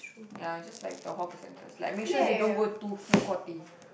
ya it's just like the hawker centers like make sure they don't go too food Courty